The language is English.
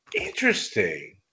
Interesting